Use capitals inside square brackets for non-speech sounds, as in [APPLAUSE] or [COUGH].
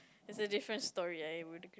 that's a different story I am [NOISE]